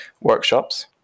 workshops